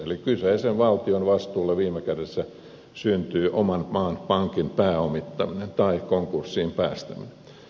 eli kyseisen valtion vastuulle viime kädessä jää oman maan pankin pääomittaminen tai konkurssiin päästäminen